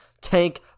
tank